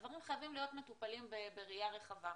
הדברים חייבים להיות מטופלים בראייה רחבה.